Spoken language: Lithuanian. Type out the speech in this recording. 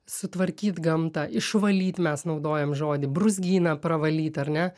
sutvarkyt gamtą išvalyt mes naudojam žodį brūzgyną pravalyt ar ne